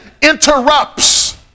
interrupts